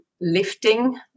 lifting